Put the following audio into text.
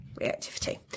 reactivity